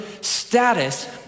status